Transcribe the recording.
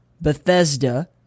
Bethesda